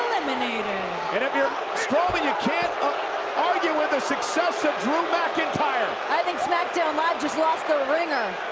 emanating strobing you can't argue with the success ah mcintyre. i think smackdown live just lost a ringer.